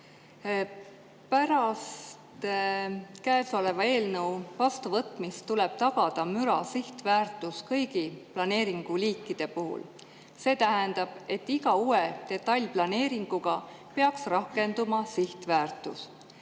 Pärast käesoleva eelnõu vastuvõtmist tuleb tagada müra sihtväärtus kõigi planeeringuliikide puhul. See tähendab, et iga uue detailplaneeringuga peaks rakenduma sihtväärtus.